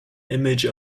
image